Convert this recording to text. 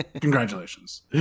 congratulations